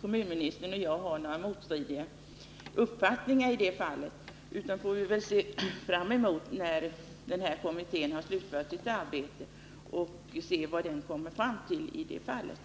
kommunministern och jag har några motstridiga uppfattningar i det avseendet. Vi får väl nu vänta tills kommittén har slutfört sitt arbete och sedan se vad den kommer fram till i den här frågan.